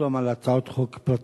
לחתום על הצעות חוק פרטיות.